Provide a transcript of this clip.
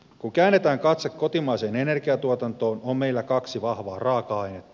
kun käännetään katse kotimaiseen energiatuotantoon on meillä kaksi vahvaa raaka ainetta